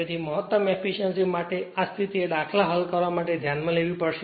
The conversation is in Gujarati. તેથી મહત્તમ એફીશ્યંસી માટે આ સ્થિતિએ દાખલા હલ કરવા માટે ધ્યાનમાં રાખવી પડશે